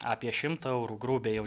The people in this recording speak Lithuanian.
apie šimtą eurų grubiai jau